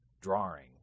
drawing